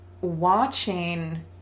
watching